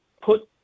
put